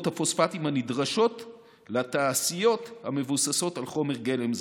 הפוספטים הנדרשות לתעשיות המבוססות על חומר גלם זה.